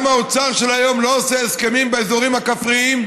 גם האוצר של היום לא עושה הסכמים באזורים הכפריים,